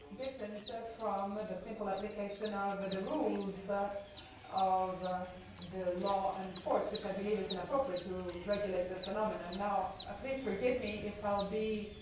different from and the simple application of but the rules of the law and force, which i believe is inappropriate to regulate this phenomenon. now, ah please forgive me if i'll be